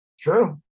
True